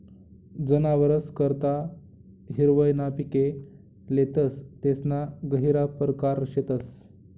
जनावरस करता हिरवय ना पिके लेतस तेसना गहिरा परकार शेतस